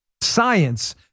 science